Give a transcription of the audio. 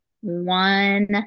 one